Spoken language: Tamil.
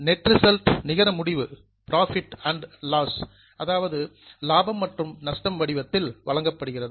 நெட் ரிசல்ட் நிகர முடிவு உங்களுக்கு புரோஃபிட் அண்ட் லாஸ் லாபம் அல்லது நஷ்டம் என்ற வடிவத்தில் வழங்கப்படுகிறது